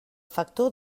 factor